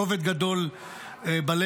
כובד גדול בלב.